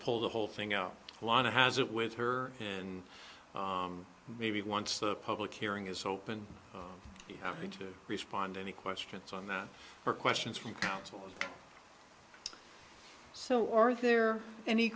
pull the whole thing out a lot of has it with her and maybe once the public hearing is open having to respond any questions on that or questions from counsel so are there any